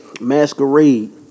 Masquerade